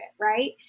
right